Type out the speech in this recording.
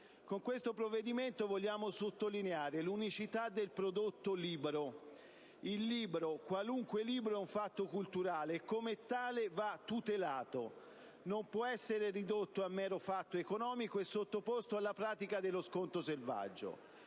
Con questo provvedimento vogliamo sottolineare l'unicità del prodotto libro. Il libro, qualunque libro, è un fatto culturale e come tale va tutelato e non può essere ridotto a mero fatto economico e sottoposto alla pratica dello sconto selvaggio.